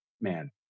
man